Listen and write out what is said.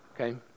okay